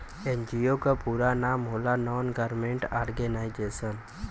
NGO क पूरा नाम होला नान गवर्नमेंट और्गेनाइजेशन